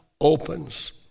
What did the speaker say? opens